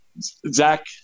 Zach